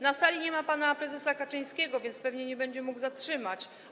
Na sali nie ma pana prezesa Kaczyńskiego, więc pewnie nie będzie mógł tego zatrzymać.